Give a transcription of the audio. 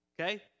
okay